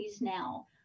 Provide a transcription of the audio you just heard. now